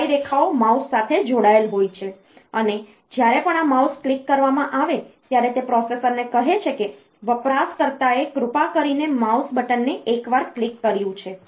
5 રેખાઓ માઉસ સાથે જોડાયેલ હોય અને જ્યારે પણ આ માઉસ ક્લિક કરવામાં આવે ત્યારે તે પ્રોસેસરને કહે છે કે વપરાશકર્તાએ કૃપા કરીને માઉસ બટનને એકવાર ક્લિક કર્યું છે